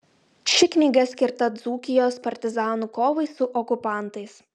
ši knyga skirta dzūkijos partizanų kovai su okupantais